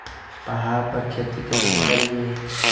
पहाड़ पर खेती कैसे करीये?